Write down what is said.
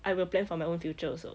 I will plan for my own future also